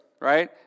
right